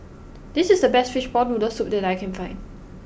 this is the best Fishball Noodle Soup that I can find